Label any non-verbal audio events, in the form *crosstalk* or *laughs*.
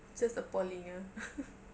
just appalling ya *laughs*